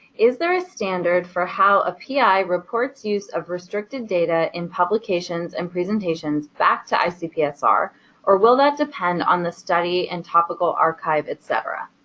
is there a standard for how a pi reports use of restricted data in publications and presentations back to icpsr or will that depend on the study and topical archive etc?